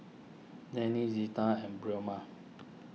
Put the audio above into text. Danny Zita and